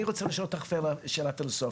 אני רוצה לשאול אותך שאלה פילוסופית: